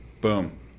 Boom